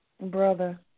Brother